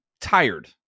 tired